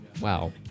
Wow